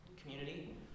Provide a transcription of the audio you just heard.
community